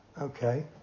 Okay